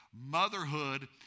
Motherhood